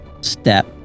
Step